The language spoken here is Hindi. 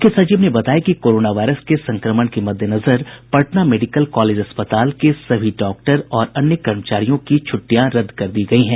मुख्य सचिव ने बताया कि कोरोना वायरस के संक्रमण के मद्देनजर पटना मेडिकल कॉलेज अस्पताल के सभी डॉक्टर और अन्य कर्मचारियों की छुट्टियां रद्द कर दी गयी हैं